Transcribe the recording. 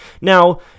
Now